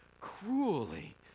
cruelly